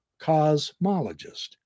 cosmologist